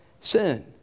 sin